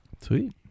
Sweet